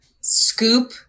scoop